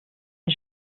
ist